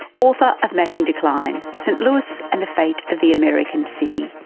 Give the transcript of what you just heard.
author of mapping decline st louis and the fate of the american city.